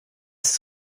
ist